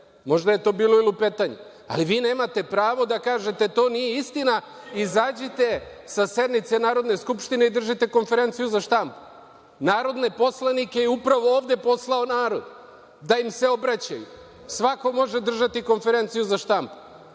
Možda je to bilo i lupetanje, ali vi nemate pravo da kažete – to nije istina, izađite sa sednice Narodne skupštine i držite konferenciju za štampu. Narodne poslanike je upravo ovde poslao narod, da im se obraćaju. Svako može držati konferenciju za štampu,